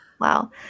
Wow